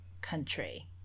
country